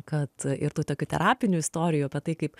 kad ir tų tokių terapinių istorijų apie tai kaip